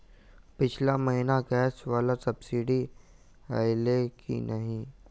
पिछला महीना गैस वला सब्सिडी ऐलई की नहि?